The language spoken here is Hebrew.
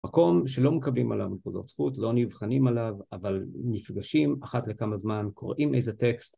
מקום שלא מקבלים עליו נקודות זכות, לא נבחנים עליו, אבל נפגשים אחת לכמה זמן, קוראים איזה טקסט.